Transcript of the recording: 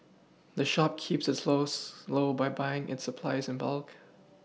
the shop keeps its lowest low by buying its supplies in bulk